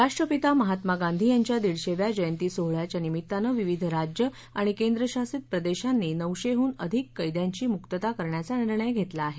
राष्ट्रपिता महात्मा गांधी यांच्या दिडशेव्या जयंती सोहळ्याच्या निमित्तानं विविध राज्यं आणि केंद्रशासित प्रदेशांनी नऊशेहून अधिक कैद्यांची मुर्कता करण्याचा निर्णय घेतला आहे